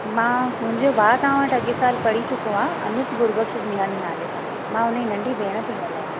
मां मुंहिंजो भाउ तव्हां वटि अॻे सालु पढ़ी चुको आहे अनूप गुरबक्शचंदानी नाले सां मां हुनजी नंढी भेण थी ॻाल्हायां